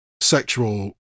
sexual